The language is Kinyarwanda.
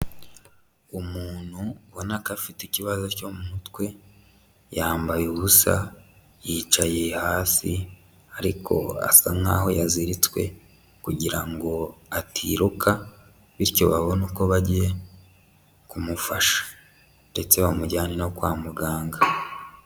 Umuntu ubona ko afite ikibazo cyo mu mutwe yambaye ubusa, yicaye hasi ariko asa nkaho yaziritswe kugira ngo atiruka, bityo babone uko bagiye kumufasha, ndetse bamujyane no kwa muganga.